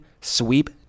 sweep